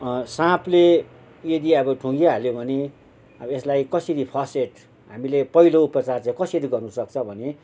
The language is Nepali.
साँपले यदि अब ठुङ्गिहाल्यो भने अब यसलाई कसरी फर्स्ट एड हामीले पहिलो उपचार चाहिँ कसरी गर्नुसक्छ भने